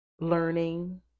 learning